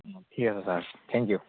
অঁ ঠিক আছে ছাৰ থেংক ইউ